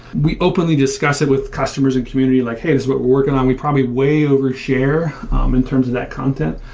we openly discuss it with customers and community like, hey, this is what we're working on. we probably way over share um in terms of that content.